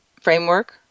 framework